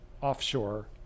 offshore